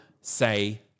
Say